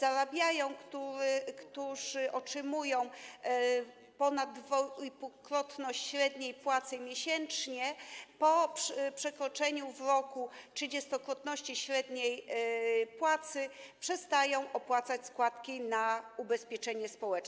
zarabiają, które otrzymują ponaddwuipółkrotność średniej płacy miesięcznie, po przekroczeniu w roku trzydziestokrotności średniej płacy przestają opłacać składki na ubezpieczenie społeczne.